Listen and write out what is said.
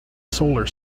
solar